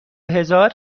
هزار